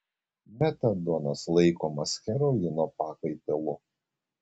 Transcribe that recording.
metadonas laikomas heroino pakaitalu